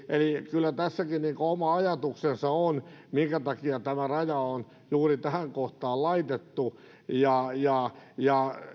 kyllä tässäkin oma ajatuksensa on minkä takia tämä raja on juuri tähän kohtaan laitettu ja ja